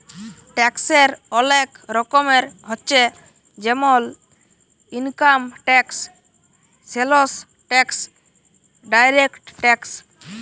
ট্যাক্সের ওলেক রকমের হচ্যে জেমল income tax, sales tax, direct tax